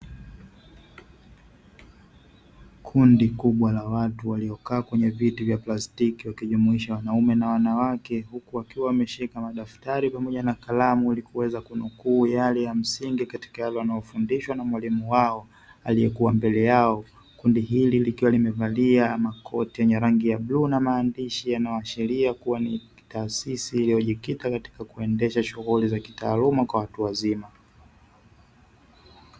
kundi kubwa la watu waliokaa kwenye viti vya plastiki wakijumuisha wanaume na wanawake, huku wakiwa wamesheheka magari pamoja na kalamu kuu yale ya msingi katika yale yanayofundishwa na mwalimu wao, aliyekuwa mbele yao kundi hili likiwa limevalia makoti yenye rangi ya blue na maandishi, yanayoashiria kuwa ni taasisi iliyojikita katika kuendesha shughuli za kitaaluma kwa watu wazima.